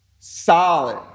Solid